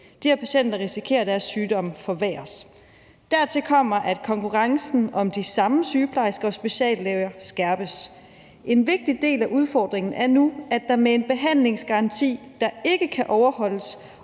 private. Patienter risikerer, at deres sygdom forværres ...«. Hun fortsætter: »Dertil kommer, at konkurrencen om de samme sygeplejersker og speciallæger skærpes. En vigtig del af udfordringen er nu, at der med en behandlingsgaranti, der ikke kan overholdes,